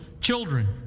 children